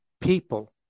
people